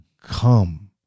Come